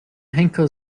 henker